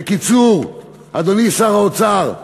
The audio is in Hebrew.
בקיצור, אדוני שר האוצר,